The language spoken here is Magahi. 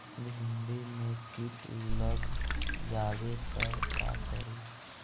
भिन्डी मे किट लग जाबे त का करि?